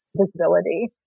visibility